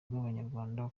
bw’abanyarwanda